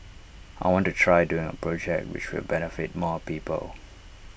I want to try doing A project which will benefit more people